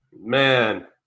Man